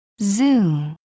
Zoo